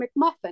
mcmuffin